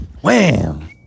Wham